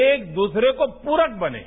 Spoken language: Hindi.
एक दूसरे के पूरक बनें